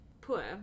poor